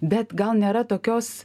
bet gal nėra tokios